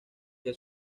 que